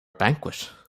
banquet